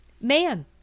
Man